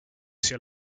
sia